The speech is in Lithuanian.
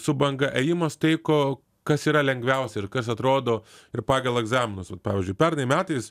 su banga ėjimas tai ko kas yra lengviausia ir kas atrodo ir pagal egzaminus vat pavyzdžiui pernai metais